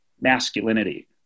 masculinity